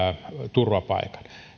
turvapaikan